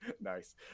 Nice